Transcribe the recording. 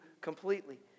completely